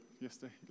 yesterday